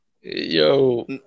Yo